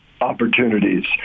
opportunities